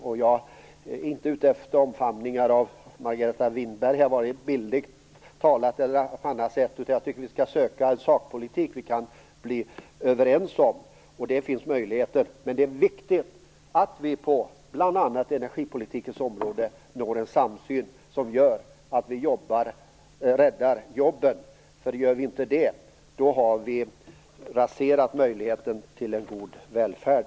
Jag är inte ute efter någon omfamning av Margareta Winberg vare sig bildligt talat eller på annat sätt. Jag tycker att vi skall söka en sakpolitik vi kan bli överens om. Det finns möjligheter till det. Men det är viktigt att vi på bl.a. energipolitikens område når en samsyn som gör att vi räddar jobben. Om vi inte gör det har vi raserat möjligheten till en god välfärd.